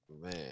Man